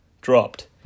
dropped